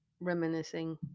reminiscing